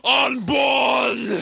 unborn